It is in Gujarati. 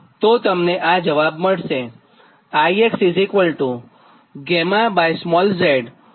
તો તમને આ જવાબ મળશે